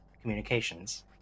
communications